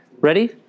Ready